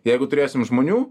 jeigu turėsim žmonių